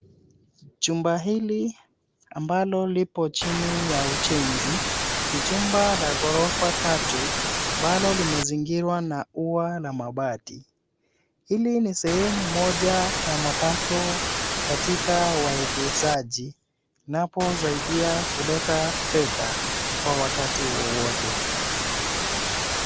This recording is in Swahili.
Jumba hili ambalo lipo chini ya ujenzi ni jumba la ghorofa tatu ambalo limezingirwa na ua la mabati. Hili ni sehemu moja ya mapato katika waegeshaji inaposaidia kuleta fedha kwa wakati wowote.